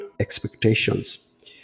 expectations